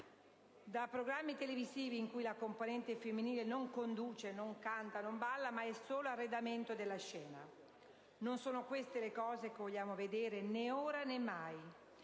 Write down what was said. da programmi televisivi in cui la componente femminile non conduce, non canta, non balla, ma è solo arredamento della scena. Non sono queste le cose che vogliamo vedere né ora né mai.